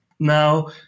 Now